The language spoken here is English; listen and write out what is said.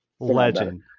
Legend